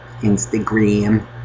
Instagram